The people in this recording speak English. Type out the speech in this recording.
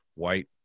white